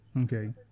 okay